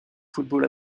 football